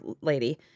lady